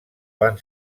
van